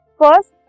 first